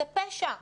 זה פשע,